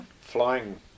flying